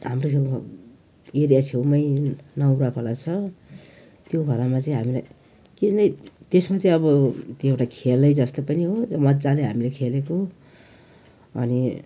हाम्रो छेउमा एरिया छेउमै नेवरा खोला छ त्यो खोलामा चाहिँ हामीलाई के नै त्यसमा चाहिँ अब त्यो एउटा खेलै जस्तै पनि हो त्यो मजाले हामीले खेलेको अनि